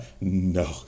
No